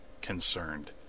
concerned